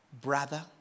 brother